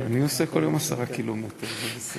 אז אפשר לעשות את כולם ביחד ולהצביע פעם אחת?